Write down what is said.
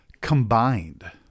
combined